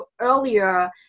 earlier